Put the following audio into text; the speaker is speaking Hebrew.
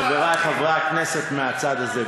חברי חברי הכנסת מהצד הזה,